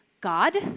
God